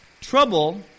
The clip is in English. trouble